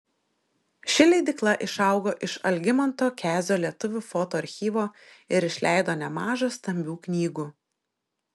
ši leidykla išaugo iš algimanto kezio lietuvių foto archyvo ir išleido nemaža stambių knygų